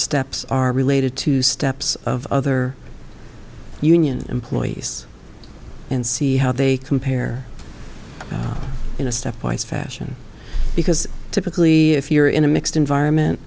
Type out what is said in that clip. steps are related to steps of other union employees and see how they compare in a stepwise fashion because typically if you're in a mixed environment